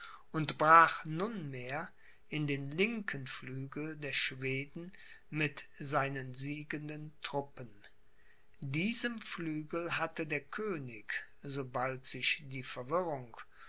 und brach nunmehr in den linken flügel der schweden mit seinen siegenden truppen diesem flügel hatte der könig sobald sich die verwirrung